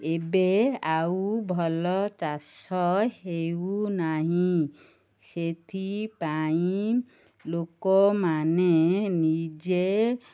ଏବେ ଆଉ ଭଲ ଚାଷ ହେଉନାହିଁ ସେଥିପାଇଁ ଲୋକମାନେ ନିଜେ